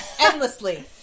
endlessly